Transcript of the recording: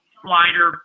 slider